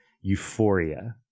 euphoria